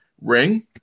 ring